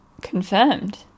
Confirmed